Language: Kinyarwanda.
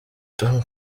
tom